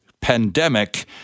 pandemic